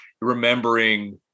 remembering